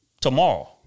Tomorrow